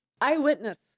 eyewitness